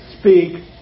Speak